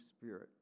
spirit